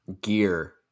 gear